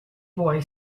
boy